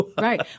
Right